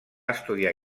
estudiar